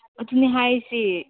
ꯑꯗꯨꯅꯤ ꯍꯥꯏꯔꯤꯁꯤ